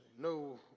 No